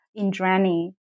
Indrani